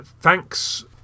thanks